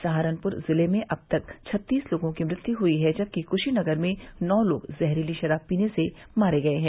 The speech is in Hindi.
सहारनपुर जिले में अब तक छत्तीस लोगों की मृत्यु हुई है जबकि कुशीनगर में नौ लोग जहरीली शराब पीने से मारे गए हैं